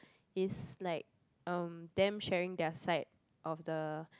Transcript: is like um them sharing their side of the